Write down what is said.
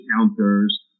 counters